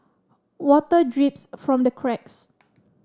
water drips from the cracks